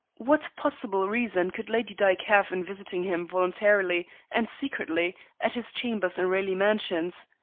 what possible reason could lady dyke have in visiting him voluntarily and secretly at his chambers in raleigh mansions?